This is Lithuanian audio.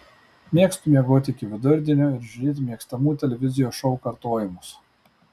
mėgstu miegoti iki vidurdienio ir žiūrėti mėgstamų televizijos šou kartojimus